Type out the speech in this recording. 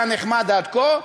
היה נחמד עד כה,